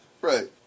Right